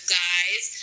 guys